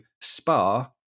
Spa